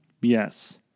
yes